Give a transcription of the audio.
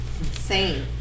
Insane